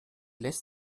lässt